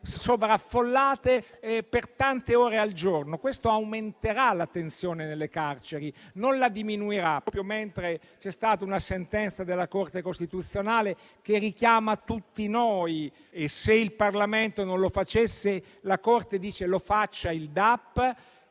sovraffollate per tante ore al giorno. Questo aumenterà la tensione nelle carceri, non la diminuirà, proprio mentre c'è stata una sentenza della Corte costituzionale che richiama tutti noi. Se il Parlamento non lo facesse, la Corte dice che lo faccia il DAP